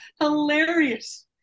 hilarious